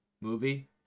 movie